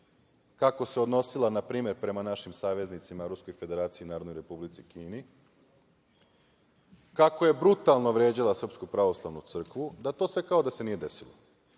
kako se odnosila, na primer, prema našim saveznicima, Ruskoj Federaciji i Narodnoj Republici Kini, kako je brutalno vređala SPC, da to sve kao da se nije desilo,